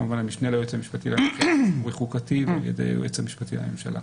כמובן המשנה ליועץ המשפטי החוקתי ועל ידי היועץ המשפטי לממשלה.